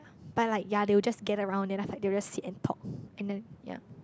but like ya they will just gather around then after that they'll just sit and talk and then ya